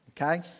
Okay